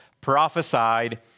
prophesied